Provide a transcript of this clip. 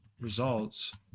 results